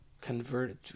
converted